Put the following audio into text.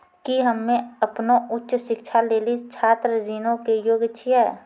कि हम्मे अपनो उच्च शिक्षा लेली छात्र ऋणो के योग्य छियै?